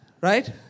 Right